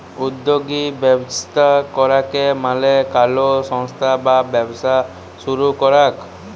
উদ্যগী ব্যবস্থা করাক মালে কলো সংস্থা বা ব্যবসা শুরু করাক